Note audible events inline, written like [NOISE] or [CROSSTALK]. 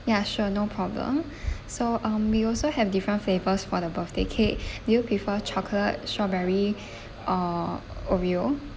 ya sure no problem [BREATH] so um we also have different flavors for the birthday cake [BREATH] do you prefer chocolate strawberry [BREATH] or OREO